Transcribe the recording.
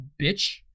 bitch